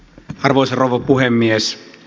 arvoisa rouva puhemies